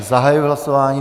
Zahajuji hlasování.